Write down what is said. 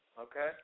Okay